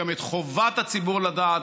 גם את חובת הציבור לדעת.